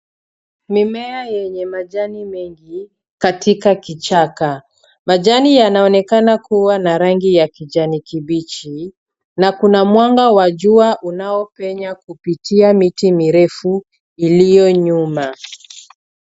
Mimea yenye majani mengi, katika kichaka. Majani yanaonekana kuwa na rangi ya kijani kibichi, na kuna mwanga wa jua unaopenya kupitia miti mirefu iliyo nyuma.